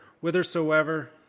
whithersoever